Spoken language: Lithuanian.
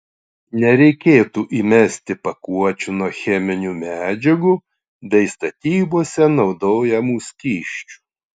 nereikėtų įmesti pakuočių nuo cheminių medžiagų bei statybose naudojamų skysčių